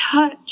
touch